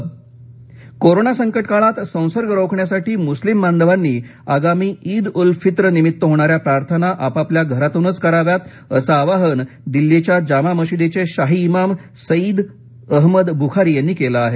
शाही इमाम कोरोना संकटकाळांत संसर्ग रोखण्यासाठी मुस्लिम बांधवांनी आगामी इद उल फित्र निमित्त होणाऱ्या प्रार्थना आपापल्या घरातूनच कराव्यात असं आवाहन दिल्लीच्या जामा मशिदीचे शाही इमाम सईद अहमद बुखारी यांनी केलं आहे